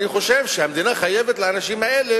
אני חושב שהמדינה חייבת לאנשים האלה,